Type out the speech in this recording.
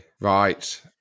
Right